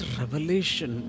revelation